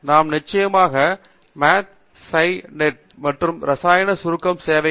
நாம் நிச்சயமாக மேத்செய்நைட் மற்றும் இரசாயன சுருக்கம் சேவைகள்